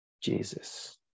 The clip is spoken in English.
Jesus